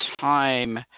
time